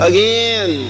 Again